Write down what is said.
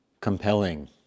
compelling